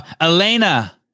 Elena